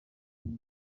nkuru